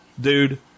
dude